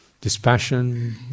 dispassion